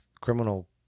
criminal